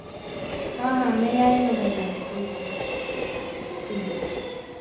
हाँ हाँ मैं यहीं हूँ भैया ठीक है ठीक